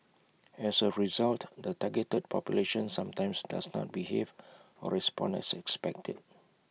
as A result the targeted population sometimes does not behave or respond as expected